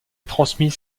transmis